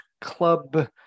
club